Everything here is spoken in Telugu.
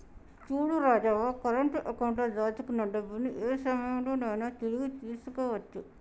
చూడు రాజవ్వ కరెంట్ అకౌంట్ లో దాచుకున్న డబ్బుని ఏ సమయంలో నైనా తిరిగి తీసుకోవచ్చు